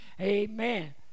Amen